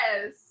Yes